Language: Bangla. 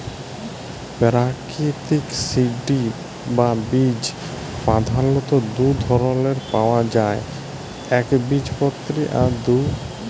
পেরাকিতিক সিড বা বীজ পধালত দু ধরলের পাউয়া যায় একবীজপত্রী আর দু